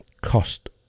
cost